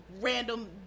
random